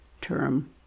term